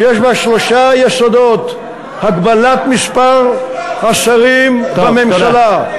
כשיש בה שלושה יסודות: הגבלת מספר השרים בממשלה,